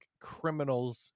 criminals